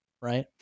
right